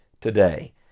today